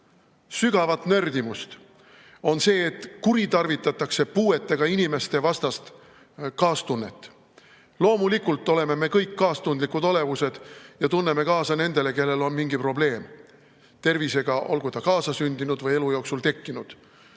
sügavat nördimust! –, on see, et kuritarvitatakse kaastunnet puuetega inimeste vastu. Loomulikult oleme me kõik kaastundlikud olevused ja tunneme kaasa nendele, kellel on mingi probleem tervisega, olgu see kaasasündinud või elu jooksul tekkinud.